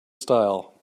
style